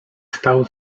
stał